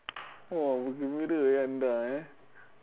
!wah! bergembira eh anda eh